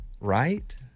right